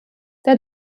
der